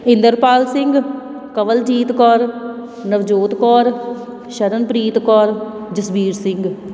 Inderpal Singh Kawaljeet Kaur Navjot Kaur Sharanpreet Kaur Jasvir Singh